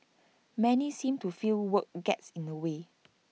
many seem to feel work gets in the way